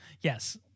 Yes